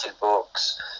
books